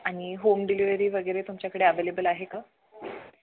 आणि home delivery वगैरे तुमच्याकडे अवेलेबल आहे का